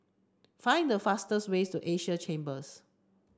find the fastest way to Asia Chambers